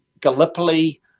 Gallipoli